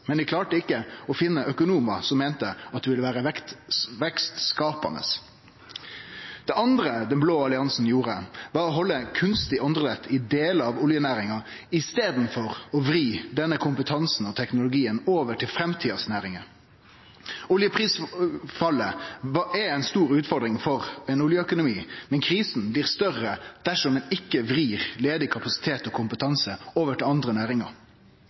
men dei klarte ikkje å finne økonomar som meinte at det ville vere vekstskapande. Det andre den blå alliansen gjorde, var å gi kunstig andedrag til delar av oljenæringa i staden for å vri denne kompetansen og teknologien over til næringar for framtida. Oljeprisfallet er ei stor utfordring for ein oljeøkonomi, men krisa blir større dersom ein ikkje vrir ledig kapasitet og kompetanse over til andre næringar.